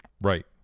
Right